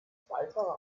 beifahrer